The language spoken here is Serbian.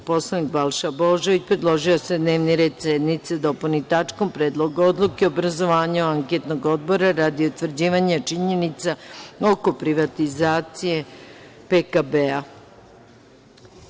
Poslanik Balša Božović predložio je da se dnevni red sednice dopuni tačkom – Predlog odluke o obrazovanju anketnog odbora radi utvrđivanja činjenica oko privatizacije PKB-a.